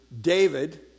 David